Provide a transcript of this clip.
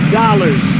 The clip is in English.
dollars